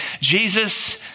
Jesus